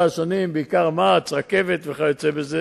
יש לנו כ-500 תיקים.